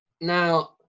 Now